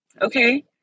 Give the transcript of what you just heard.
okay